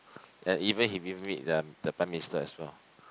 and even he meet the the Prime Minister as well